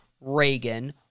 Reagan